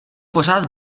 pořád